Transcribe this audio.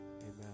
Amen